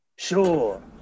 Sure